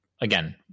again